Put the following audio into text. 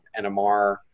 NMR